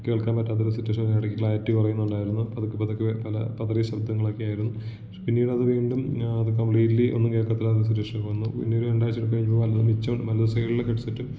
കേൾക്കാൻ പറ്റാത്തൊരു സിറ്റുവേഷൻ ഇടക്ക് ക്ലാരിറ്റി കുറയുന്നുണ്ടായിരുന്നു പതുക്കെ പതുക്കെ കേട്ടാലാ പതറിയ ശബ്ദങ്ങളക്കെയായിരുന്നു പിന്നീടത് വീണ്ടും അത് കംപ്ലീറ്റ്ലി ഒന്നും കേൾക്കത്തില്ലാത്തൊരു സിറ്റുവേഷന വന്നു പിന്നെ ഒരു രണ്ടാഴ്ചയൊക്കെ കഴിഞ്ഞപ്പോൾ വല്ലതും മിച്ചം വലതു സൈഡിലെ ഹെഡ് സെറ്റും